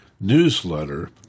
newsletter